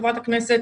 חברת הכנסת,